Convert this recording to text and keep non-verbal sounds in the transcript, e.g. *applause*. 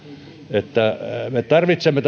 me tarvitsemme *unintelligible*